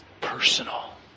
personal